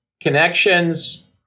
connections